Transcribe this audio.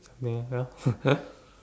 me as well